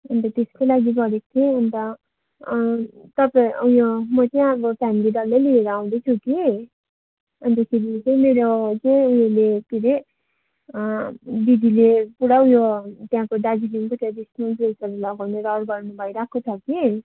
अनि त त्यसकै लागि गरेको थिएँ अनि त तपाईँ ऊ यो म चाहिँ अब फ्यामिली डल्लै लिएर आउँदैछु कि अनि त खेरि चाहिँ मेरो चाहिँ ऊ यो के रे दिदीले पुरा ऊ यो त्यहाँको दार्जिलिङको ट्रेडिसनल ड्रेसहरू लगाउने रहर गर्नुभइरहेको छ कि